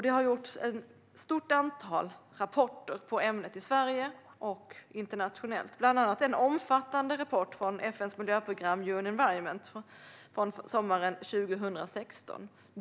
Det har gjorts ett stort antal rapporter på ämnet i Sverige och internationellt, bland annat en omfattande rapport från FN:s miljöprogram UN Environment från sommaren 2016.